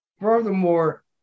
Furthermore